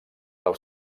del